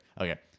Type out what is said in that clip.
Okay